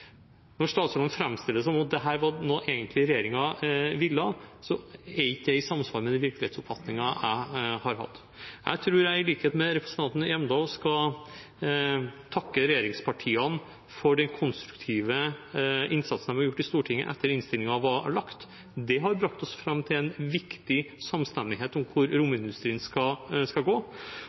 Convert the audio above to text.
Når statsråden framstiller det som om dette var noe regjeringen egentlig ville, er ikke det i samsvar med den virkelighetsoppfatningen jeg har hatt. Jeg tror jeg, i likhet med representanten Hjemdal, skal takke regjeringspartiene for den konstruktive innsatsen de har gjort i Stortinget etter at innstillingen var lagt fram. Det har brakt oss fram til en viktig samstemmighet om hvor romindustrien skal gå,